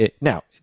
Now